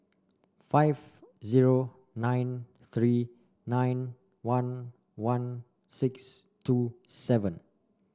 five zero nine three nine one one six two seven